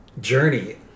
journey